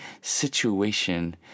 situation